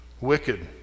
wicked